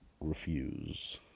refuse